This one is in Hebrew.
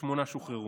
ושמונה שחררו.